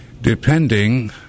depending